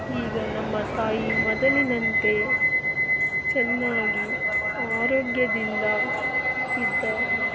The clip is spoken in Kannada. ಈಗ ನಮ್ಮ ತಾಯಿ ಮೊದಲಿನಂತೆ ಚೆನ್ನಾಗಿ ಆರೋಗ್ಯದಿಂದ ಇದ್ದಾರೆ